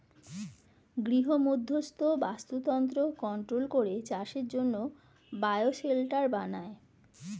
গৃহমধ্যস্থ বাস্তুতন্ত্র কন্ট্রোল করে চাষের জন্যে বায়ো শেল্টার বানায়